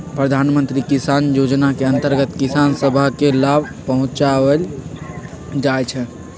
प्रधानमंत्री किसान जोजना के अंतर्गत किसान सभ के लाभ पहुंचाएल जाइ छइ